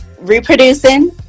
reproducing